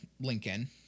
Lincoln